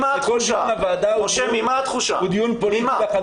הדיון בוועדה הוא דיון פוליטי לחלוטין.